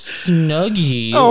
snuggie